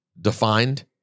defined